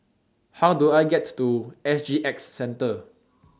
How Do I get to S G X Centre